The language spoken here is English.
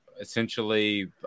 essentially